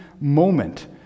moment